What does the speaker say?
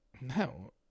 No